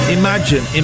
imagine